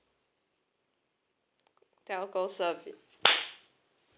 telco service